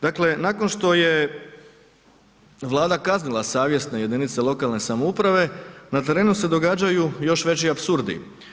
Dakle, nakon što je Vlada kaznila savjesne jedinice lokalne samouprave na terenu se događaju još veći apsurdi.